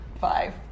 five